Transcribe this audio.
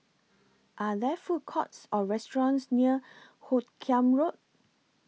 Are There Food Courts Or restaurants near Hoot Kiam Road